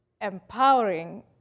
empowering